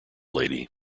lady